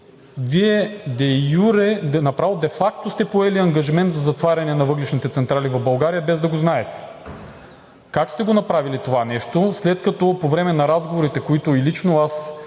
де юре или направо де факто сте поели ангажимент за затваряне на въглищните централи в България, без да го знаете. Как сте го направили това нещо, след като по време на разговорите, които лично аз